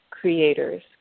creators